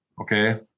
okay